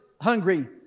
hungry